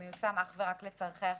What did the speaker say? אך ורק לצרכי החירום.